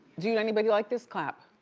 do you know anybody like this? clap.